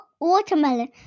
watermelon